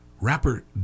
Rapper